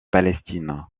palestine